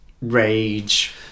rage